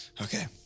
Okay